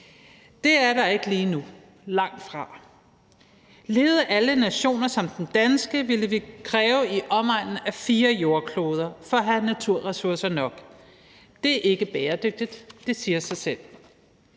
Den er der ikke lige nu, langtfra. Levede alle nationer som den danske, ville det kræve i omegnen af fire jordkloder for at have naturressourcer nok. Det er ikke bæredygtigt – det siger sig selv